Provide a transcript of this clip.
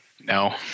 No